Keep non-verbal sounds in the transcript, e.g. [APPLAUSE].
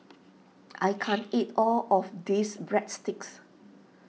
[NOISE] I can't eat all of this Breadsticks